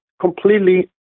completely